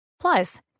Plus